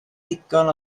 ddigon